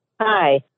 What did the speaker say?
Hi